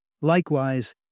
Likewise